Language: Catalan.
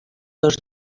dos